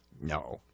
No